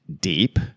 deep